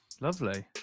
Lovely